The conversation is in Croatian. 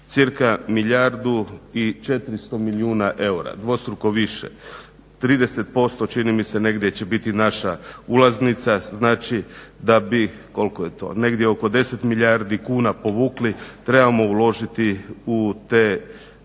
cca milijardu 400 milijuna eura, dvostruko više, 30% čini mi se negdje će biti naša ulaznica. Znači da bi koliko je to, negdje oko 10 milijardi kuna povukli trebamo uložiti za tu